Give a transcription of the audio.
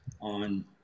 on